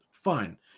fine